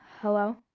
hello